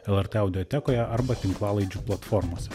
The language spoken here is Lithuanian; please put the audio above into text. lrt audiotekoje arba tinklalaidžių platformose